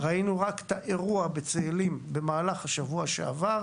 ראינו רק את האירוע בצאלים במהלך השבוע שעבר,